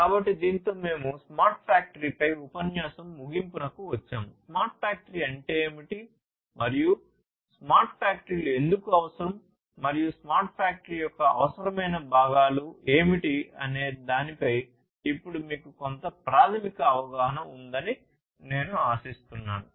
కాబట్టి దీనితో మేము స్మార్ట్ ఫ్యాక్టరీపై ఉపన్యాసం ముగింపుకు వచ్చాము స్మార్ట్ ఫ్యాక్టరీ అంటే ఏమిటి మరియు స్మార్ట్ ఫ్యాక్టరీలు ఎందుకు అవసరం మరియు స్మార్ట్ ఫ్యాక్టరీ యొక్క అవసరమైన భాగాలు ఏమిటి అనే దానిపై ఇప్పుడు మీకు కొంత ప్రాథమిక అవగాహన ఉందని నేను ఆశిస్తున్నాను